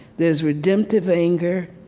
there's redemptive anger,